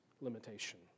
limitation